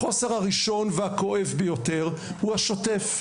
החוסר הראשון והכואב ביותר הוא השוטף.